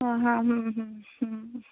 ও হ্যাঁ হম হম হম